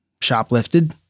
shoplifted